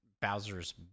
bowser's